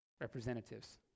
representatives